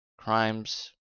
crimes